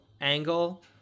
angle